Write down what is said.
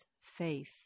faith